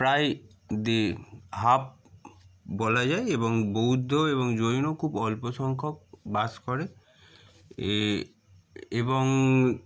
প্রায় the half বলা যায় এবং বৌদ্ধ এবং জৈনও খুব অল্প সংখ্যক বাস করে এ এবং